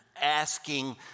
asking